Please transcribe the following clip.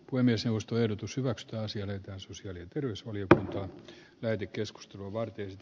puhemiesneuvosto eli pysyvät aasian asusteli berlusconilta löydy keskustelua varten